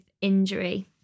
injury